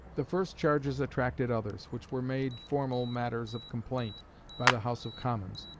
the first charges attracted others, which were made formal matters of complaint by the house of commons.